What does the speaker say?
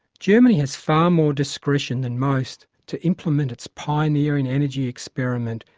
germany has far more discretion than most to implement its pioneering energy experiment,